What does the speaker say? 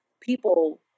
people